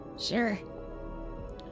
Sure